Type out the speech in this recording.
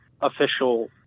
official